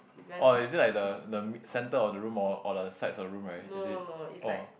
oh is it like the the center of the room or or the side of the room right is it or